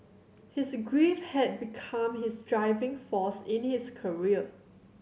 his grief had become his driving force in his career